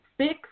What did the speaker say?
six